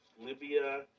Libya